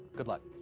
good luck.